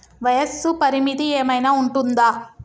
వయస్సు పరిమితి ఏమైనా ఉంటుందా?